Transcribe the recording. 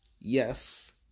Yes